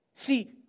See